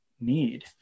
need